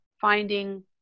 finding